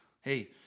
Hey